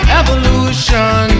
evolution